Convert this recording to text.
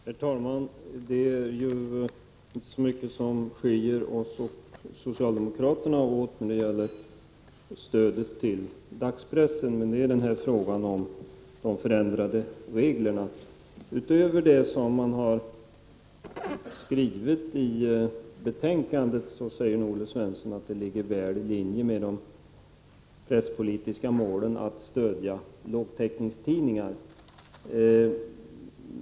Herr talman! Det är ju inte så mycket som skiljer oss och socialdemokraterna åt när det gäller stödet till dagspressen. Det är bara de förändrade reglerna som vi har olika åsikter om. Utöver det som man har skrivit i betänkandet säger Olle Svensson att det ligger väl i linje med de presspolitiska målen att stödja lågtäckningstidningar.